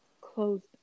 closed